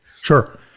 Sure